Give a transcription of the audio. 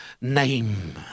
name